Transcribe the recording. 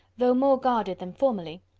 though more guarded than formerly,